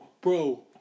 bro